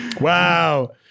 wow